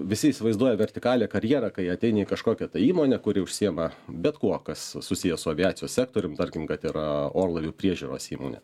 visi įsivaizduoja vertikalią karjerą kai ateini į kažkokią tai įmonę kuri užsiėma bet kuo kas susiję su aviacijos sektorium tarkim kad yra orlaivių priežiūros įmonė